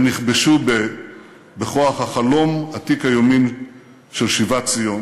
הם נכבשו בכוח החלום עתיק היומין של שיבת ציון.